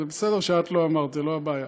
זה בסדר שאת לא אמרת, זו לא הבעיה.